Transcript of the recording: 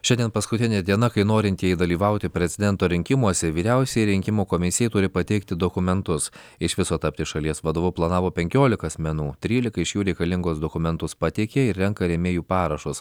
šiandien paskutinė diena kai norintieji dalyvauti prezidento rinkimuose vyriausiajai rinkimų komisijai turi pateikti dokumentus iš viso tapti šalies vadovu planavo penkiolika asmenų trylika iš jų reikalingus dokumentus pateikė ir renka rėmėjų parašus